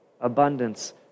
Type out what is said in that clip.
abundance